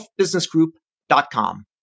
healthbusinessgroup.com